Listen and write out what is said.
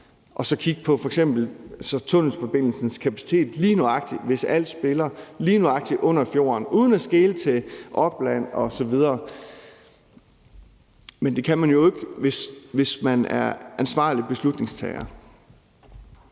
og så kigge på f.eks. tunnelforbindelsens kapacitet lige nøjagtig, hvis alt spiller, lige nøjagtig under fjorden uden at skele til opland osv., men det kan man jo ikke, hvis man er ansvarlig beslutningstager.